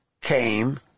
came